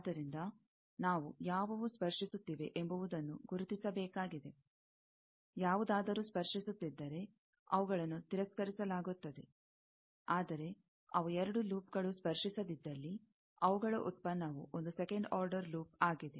ಆದ್ದರಿಂದ ನಾವು ಯಾವುವು ಸ್ಪರ್ಶಿಸುತ್ತಿವೆ ಎಂಬುದನ್ನು ಗುರುತಿಸಬೇಕಾಗಿದೆ ಯಾವುದಾದರೂ ಸ್ಪರ್ಶಿಸುತ್ತಿದ್ದರೆ ಅವುಗಳನ್ನು ತಿರಸ್ಕರಿಸಲಾಗುತ್ತದೆ ಆದರೆ ಅವು ಎರಡು ಲೂಪ್ಗಳು ಸ್ಪರ್ಶಿಸದಿದ್ದಲ್ಲಿ ಅವುಗಳ ಉತ್ಪನ್ನವು ಒಂದು ಸೆಕಂಡ್ ಆರ್ಡರ್ ಲೂಪ್ ಆಗಿದೆ